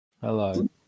Hello